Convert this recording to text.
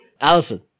Allison